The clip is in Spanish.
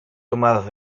tomadas